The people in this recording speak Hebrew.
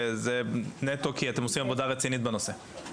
זה נטו בגלל שאתם עושים עבודה רצינית בנושא.